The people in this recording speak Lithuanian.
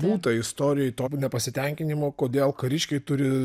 būta istorijoj to nepasitenkinimo kodėl kariškiai turi